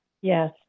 Yes